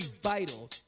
vital